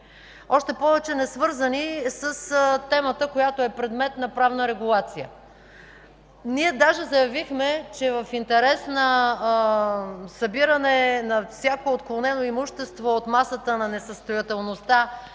още повече несвързани с темата, която е предмет на правна регулация. Даже заявихме, че в интерес на събиране на всяко отклонено имущество от масата на несъстоятелността